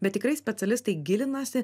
bet tikrai specialistai gilinasi